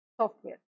software